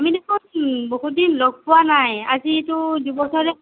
আমি দেখোন বহুদিন লগ পোৱা নাই আজিতো দুবছৰে হ'ল